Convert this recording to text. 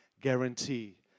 guarantee